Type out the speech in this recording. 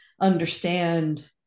understand